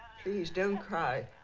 please don't cry.